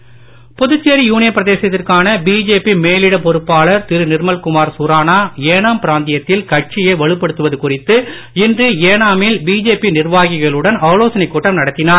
Yanam Puducherry union பிரதேசத்திற்கான BJP மேலிட பொறுப்பாளர் திரு நிர்மல் குமார் சுரானா ஏனாம் பிராந்தியத்தில் கட்சியை வலுப்படுத்துவது குறித்து இன்று ஏனாமில் பிஜேபி நிர்வாகிகளுடன் ஆலோசனைக் கூட்டம் நடத்தினார்